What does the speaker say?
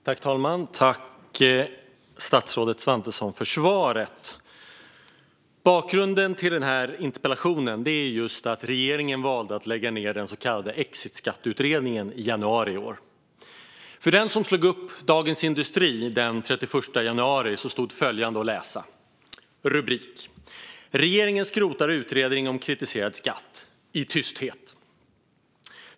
Fru talman! Tack, statsrådet Svantesson, för svaret! Bakgrunden till denna interpellation är att regeringen valde att lägga ned den så kallade exitskatteutredningen i januari i år. Den som slog upp Dagens industri den 31 januari kunde läsa följande rubrik: "Regeringen skrotar utredning om kritiserad skatt - i tysthet."